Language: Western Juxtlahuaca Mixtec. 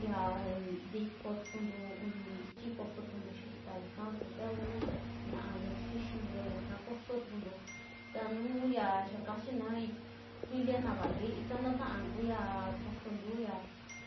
Yaa ntikotukuntu uni ichii koso tukuntu xitaa kaa su tauu ñiaa ya xixintu, ra yaka kosootukuntu ta nuu ya xaa kachina filia na valii, ika ta taa kuxia ya kosoontu ya,